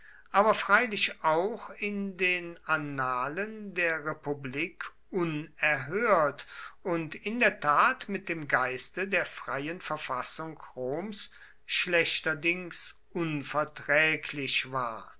aber freilich auch in den annalen der republik unerhört und in der tat mit dem geiste der freien verfassung roms schlechterdings unverträglich war